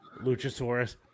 Luchasaurus